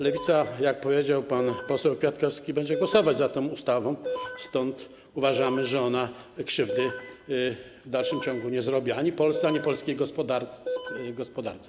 Lewica, jak powiedział pan poseł Kwiatkowski, będzie głosować za tą ustawą, stąd uważamy że ona krzywdy w dalszym ciągu nie zrobi ani Polsce, ani polskiej gospodarce.